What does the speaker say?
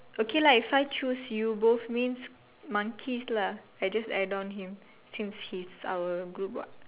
okay lah if I choose you both means monkeys lah I just add on him since he's our group what